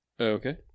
Okay